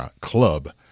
Club